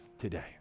today